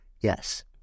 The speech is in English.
Yes